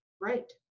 Right